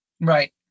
Right